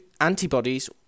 antibodies